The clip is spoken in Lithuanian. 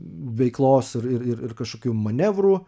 veiklos ir ir ir kažkokių manevrų